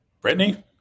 Brittany